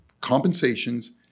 compensations